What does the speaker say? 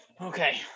Okay